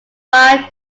five